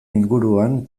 inguruan